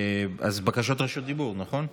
אז בקשות רשות דיבור, נכון?